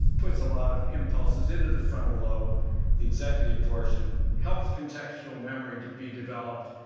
puts a lot of impulses into the frontal lobe the executive portion helps contextual memory be developed,